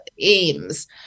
aims